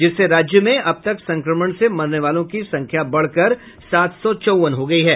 जिससे राज्य में अबतक संक्रमण से मरने वालों की संख्या बढ़कर सात सौ चौंवन हो गई है